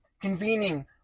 convening